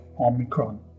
Omicron